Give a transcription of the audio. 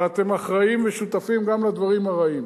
אבל אתם אחראים ושותפים גם לדברים הרעים,